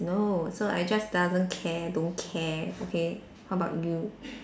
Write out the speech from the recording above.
no so I just doesn't care don't care okay how about you